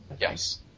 Yes